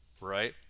right